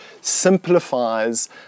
simplifies